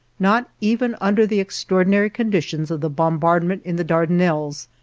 not even under the extraordinary conditions of the bombardment in the dardanelles,